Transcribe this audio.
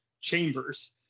chambers